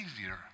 easier